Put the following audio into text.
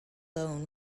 loan